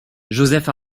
joseph